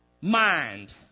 mind